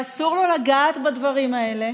ואסור לו לגעת בדברים האלה,